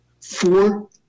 four